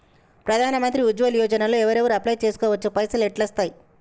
ప్రధాన మంత్రి ఉజ్వల్ యోజన లో ఎవరెవరు అప్లయ్ చేస్కోవచ్చు? పైసల్ ఎట్లస్తయి?